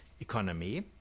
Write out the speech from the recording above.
economy